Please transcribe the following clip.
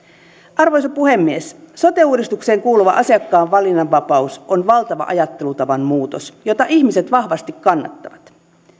arvoisa puhemies sote uudistukseen kuuluva asiakkaan valinnanvapaus on valtava ajattelutavan muutos jota ihmiset vahvasti kannattavat